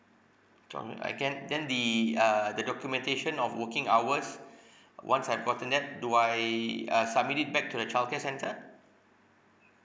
I get then the uh the documentation of working hours once I've gotten that do I uh submit it back to the childcare centre